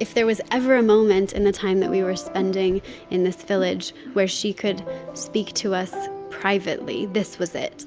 if there was ever a moment in the time that we were spending in this village where she could speak to us privately, this was it